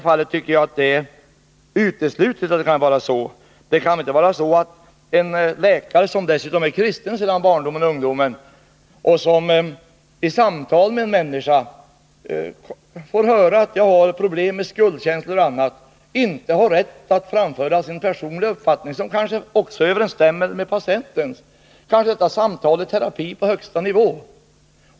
Jag anser att det är uteslutet i det här fallet. Det kan väl inte vara så att en läkare, som är kristen sedan barndomen och ungdomen och som vid samtal med en människa får höra att hon har problem med skuldkänslor och annat, inte har rätt att framföra sin personliga uppfattning, som kanske också överensstämmer med patientens. Detta samtal kan bli terapi på högsta nivå.